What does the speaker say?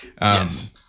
Yes